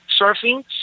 surfing